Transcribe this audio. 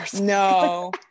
no